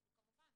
אנחנו כמובן